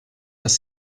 das